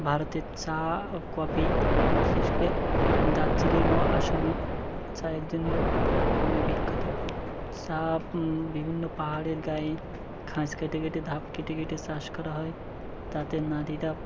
ভারতের চা ও কফি বিশেষ করে দার্জিলিং ও আসামে চায়ের জন্যে খুবই বিখ্যাত চা বিভিন্ন পাহাড়ের গায়ে ঘাস কেটে কেটে ধাপ কেটে কেটে চাষ করা হয় তাতে নারীরা